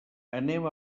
anem